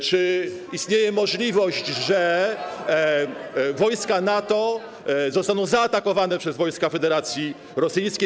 Czy istnieje możliwość, że wojska NATO zostaną zaatakowane przez wojska Federacji Rosyjskiej?